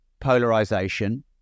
polarization